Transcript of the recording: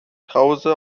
krause